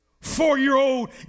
Four-year-old